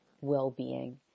well-being